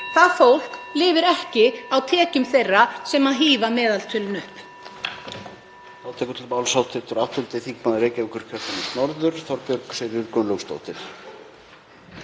Það fólk lifir ekki á tekjum þeirra sem hífa meðaltölin upp.